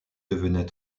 devenait